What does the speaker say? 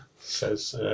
Says